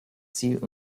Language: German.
ziel